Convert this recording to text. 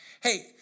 Hey